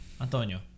Antonio